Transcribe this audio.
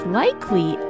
likely